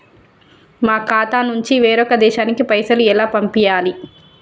మా ఖాతా నుంచి వేరొక దేశానికి పైసలు ఎలా పంపియ్యాలి?